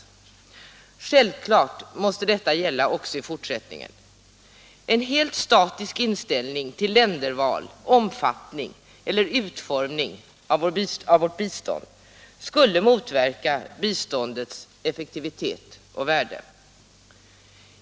Självfallet måste detta gälla också i fortsättningen. En helt statisk inställning till länderval, omfattning eller utformning av vårt bistånd skulle motverka biståndets effektivitet och värde.